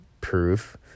proof